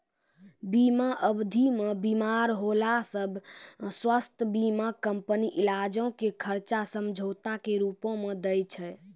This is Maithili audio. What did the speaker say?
बीमा अवधि मे बीमार होला से स्वास्थ्य बीमा कंपनी इलाजो के खर्चा समझौता के रूपो मे दै छै